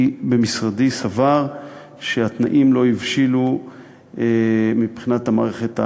במשרדי סבר שהתנאים לא הבשילו מבחינת המערכת,